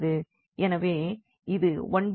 எனவே இது 1sX